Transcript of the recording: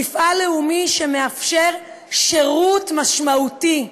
מפעל לאומי שמאפשר שירות משמעותי,